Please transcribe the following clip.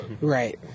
Right